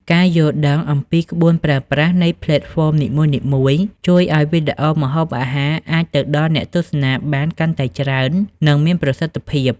ការយល់ដឹងអំពីក្បួនប្រើប្រាស់នៃផ្លេតហ្វមនីមួយៗ ជួយឱ្យវីដេអូម្ហូបអាហារអាចទៅដល់អ្នកទស្សនាបានកាន់តែច្រើន និងមានប្រសិទ្ធភាព។